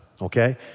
okay